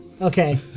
Okay